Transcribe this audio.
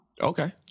okay